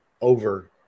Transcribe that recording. over